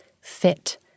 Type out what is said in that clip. fit